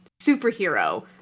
superhero